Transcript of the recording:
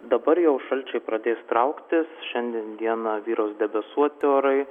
dabar jau šalčiai pradės trauktis šiandien dieną vyraus debesuoti orai